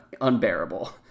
unbearable